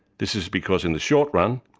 this is because in the short run,